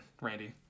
Randy